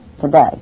today